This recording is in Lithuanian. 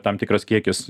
tam tikras kiekis